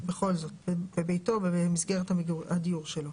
בכל זאת בביתו, במסגרת הדיור שלו.